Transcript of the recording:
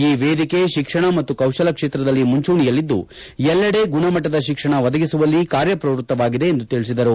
ಈ ವೇದಿಕೆ ಅಕ್ಷಣ ಮತ್ತು ಕೌಶಲ ಕ್ಷೇತ್ರದಲ್ಲಿ ಮುಂಚೂಣಿಯಲ್ಲಿದ್ದು ಎಲ್ಲಡೆ ಗುಣಮಟ್ಟದ ಶಿಕ್ಷಣ ಒದಗಿಸುವಲ್ಲಿ ಕಾರ್ಯಪ್ರವೃತ್ತವಾಗಿದೆ ಎಂದು ತಿಳಿಸಿದರು